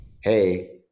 hey